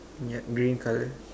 ya green colour